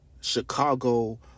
Chicago